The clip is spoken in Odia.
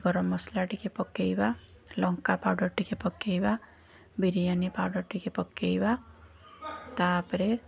ଗରମ ମସଲା ଟିକେ ପକେଇବା ଲଙ୍କା ପାଉଡ଼ର୍ ଟିକେ ପକେଇବା ବିରିୟାନି ପାଉଡ଼ର୍ ଟିକେ ପକେଇବା ତା'ପରେ